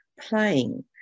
playing